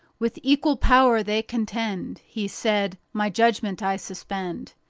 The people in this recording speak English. with equal power they contend. he said my judgment i suspend.